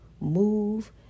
move